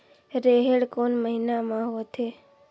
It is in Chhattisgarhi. रेहेण कोन महीना म होथे?